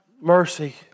mercy